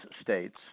states